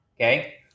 Okay